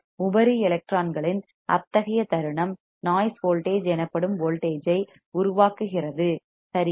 உபரி எலக்ட்ரான்களின் அத்தகைய தருணம் நாய்ஸ் வோல்டேஜ் எனப்படும் வோல்டேஜ் ஐ உருவாக்குகிறது சரியா